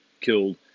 killed